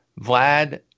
Vlad